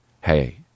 Hey